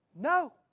No